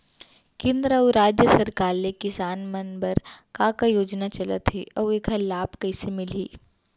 केंद्र अऊ राज्य सरकार ले किसान मन बर का का योजना चलत हे अऊ एखर लाभ कइसे मिलही?